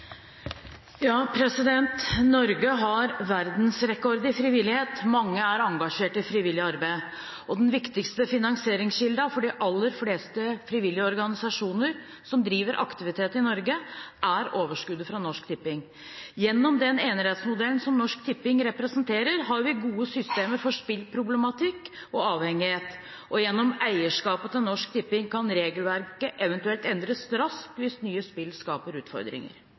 engasjert i frivillig arbeid. Den viktigste finansieringskilden for de aller fleste frivillige organisasjoner som driver aktivitet i Norge, er overskuddet fra Norsk Tipping. Gjennom den enerettsmodellen som Norsk Tipping representerer, har vi gode systemer for spillproblematikk og avhengighet. Gjennom eierskapet til Norsk Tipping kan regelverket eventuelt endres raskt hvis nye spill skaper utfordringer.